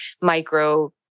micro